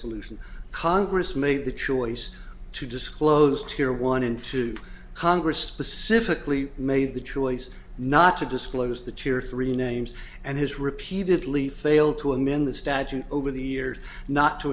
solution congress made the choice to disclose to or one in two congress specifically made the choice not to disclose the tear three names and has repeatedly failed to him in the statute over the years not to